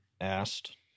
asked